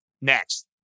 Next